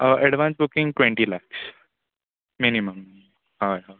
advance booking twenty lakhs minimum हय हय